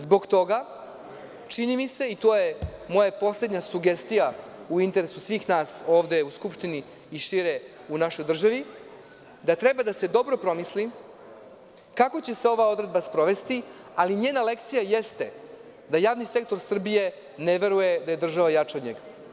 Zbog toga, čini mi se, to je moja poslednja sugestija u interesu svih nas ovde u Skupštini i šire u našoj državi, da treba da se dobro promisli kako će se ova odredba sprovesti, ali njena lekcija jeste da javni sektor Srbije ne veruje da je država jača od njega.